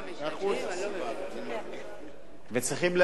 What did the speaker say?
וצריכים להגן